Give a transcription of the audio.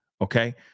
Okay